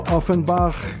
Offenbach